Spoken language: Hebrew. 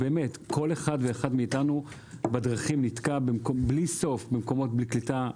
כל אחד ואחד מאתנו נתקע בלי סוף בדרכים במקומות בלי קליטה.